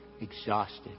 exhausted